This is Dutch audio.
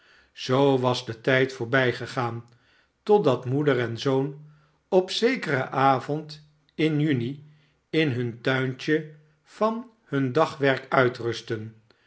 zoo was de tijd voorbijgegaan totdat moeder en zoon op zekeren avond in juni in hun tuintje van hun dagwerk uitrustten